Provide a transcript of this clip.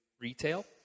retail